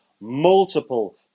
multiple